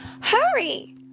Hurry